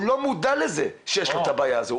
הוא לא מודע לזה שיש לו את הבעיה הזאת.